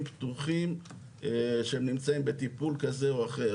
פתוחים שהם נמצאים בטיפול כזה או אחר,